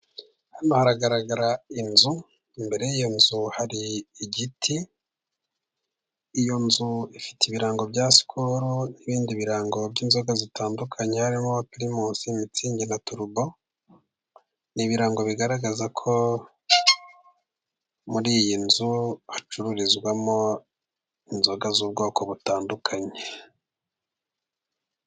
Hano haragaragara inzu, imbere y'iyo nzu hari igiti. Iyo nzu ifite ibirango bya sikolo, n'ibindi birango by'inzoga zitandukanye harimo pirimusi, mitsingi, na turubo. Ni ibirango bigaragaza ko muri iyi nzu hacururizwamo inzoga z'ubwoko butandukanye.